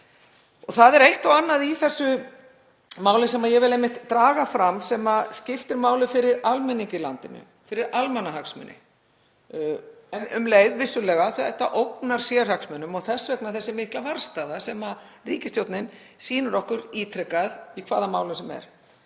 Það er eitt og annað í þessu máli sem ég vil draga fram sem skiptir máli fyrir almenning í landinu, fyrir almannahagsmuni. En um leið, vissulega, ógnar það sérhagsmunum og þess vegna er þessi mikla varðstaða sem ríkisstjórnin sýnir okkur ítrekað í hvaða málum sem er.